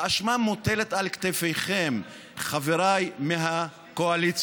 האשמה מוטלת על כתפיכם, חבריי מהקואליציה.